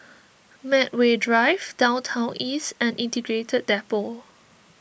Medway Drive Downtown East and Integrated Depot